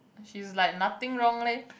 she's like nothing wrong leh